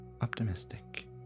optimistic